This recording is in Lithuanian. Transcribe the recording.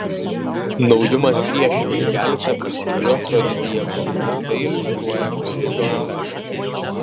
naujumas priešingai gali tapti stipriu afrodiziaku tai iliustruoja kulidžo efektas